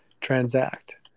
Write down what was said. transact